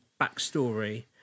backstory